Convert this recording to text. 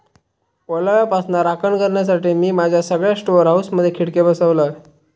ओलाव्यापासना राखण करण्यासाठी, मी माझ्या सगळ्या स्टोअर हाऊसमधे खिडके बसवलय